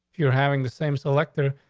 you're having the same selector.